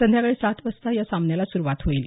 संध्याकाळी सात वाजता या सामन्याला सुरवात होईल